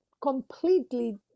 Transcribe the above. completely